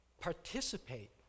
participate